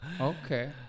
Okay